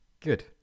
Good